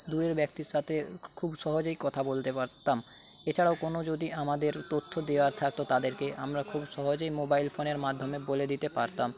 দূরের ব্যক্তির সাথে খুব সহজেই কথা বলতে পারতাম এছাড়াও কোনো যদি আমাদের তথ্য দেওয়ার থাকতো তাদেরকে আমরা খুব সহজেই মোবাইল ফোনের মাধ্যমে বলে দিতে পারতাম